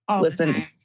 listen